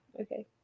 okay